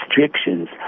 restrictions